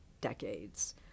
decades